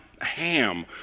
ham